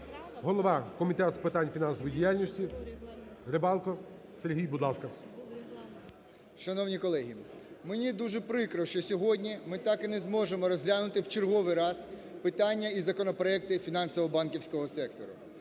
голова Комітету з питань фінансової діяльності Рибалко Сергій. Будь ласка. 13:28:34 РИБАЛКА С.В. Шановні колеги! Мені дуже прикро, що сьогодні, ми так і не зможемо розглянути в черговий раз питання і законопроекти фінансового банківського сектору.